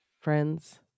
friends